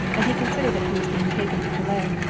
and he considered that he was being taken to calais.